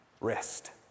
Rest